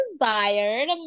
desired